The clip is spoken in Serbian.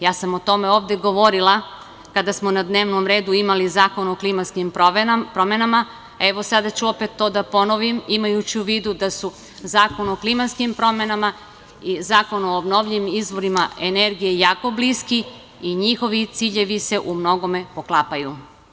Ja sam o tome ovde govorila kada smo na dnevnom redu imali Zakon o klimatskim promenama, a evo, sada ću opet to da ponovim, imajući u vidu da su Zakon o klimatskim promenama i Zakon o obnovljivim izvorima energije jako bliski i njihovi ciljevi se u mnogome poklapaju.